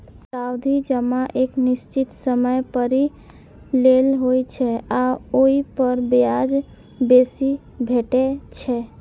सावधि जमा एक निश्चित समय धरि लेल होइ छै आ ओइ पर ब्याज बेसी भेटै छै